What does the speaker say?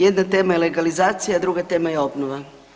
Jedna tema je legalizacija, druga tema je obnova.